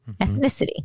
ethnicity